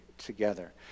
together